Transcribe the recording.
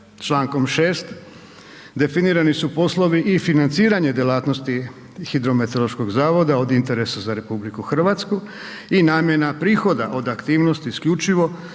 Člankom 6. definirani su poslovi i financiranje djelatnosti hidrometeorološkog zavoda od interesa za RH i namjena prihoda od aktivnosti isključivo